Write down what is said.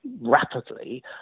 rapidly